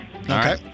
Okay